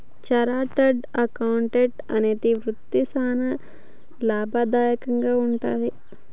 chartered accountant అనే వృత్తి సానా లాభదాయకంగా వుంటది